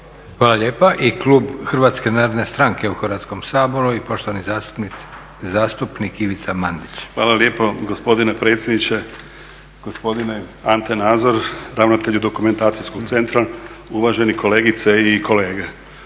Hvala lijepa. I klub Hrvatske narodne stranke u Hrvatskom saboru i poštovani zastupnik Ivica Mandić. **Mandić, Ivica (HNS)** Hvala lijepo gospodine predsjedniče, gospodine Ante Nazor ravnatelju Dokumentacijskog centra, uvažene kolegice i kolege.